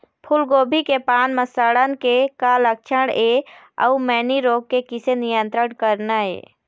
फूलगोभी के पान म सड़न के का लक्षण ये अऊ मैनी रोग के किसे नियंत्रण करना ये?